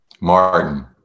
Martin